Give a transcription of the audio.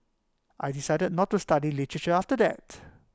I decided not to study literature after that